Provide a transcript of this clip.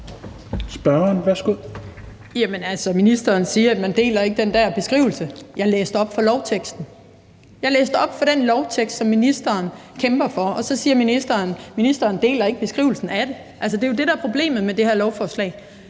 ministeren siger, at hun ikke deler den beskrivelse, jeg læste op fra lovteksten. Jeg læste op fra den lovtekst, som ministeren kæmper for, og så siger ministeren, at hun ikke deler beskrivelsen af det. Det er jo det, der er problemet med det her lovforslag.